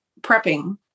prepping